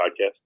Podcast